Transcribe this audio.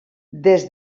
des